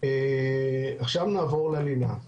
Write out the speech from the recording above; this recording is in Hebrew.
עכשיו נעבור ללינה.